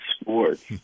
sports